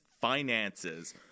finances